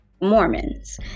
Mormons